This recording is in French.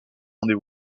rendez